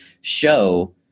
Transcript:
show